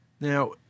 Now